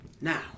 Now